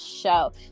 show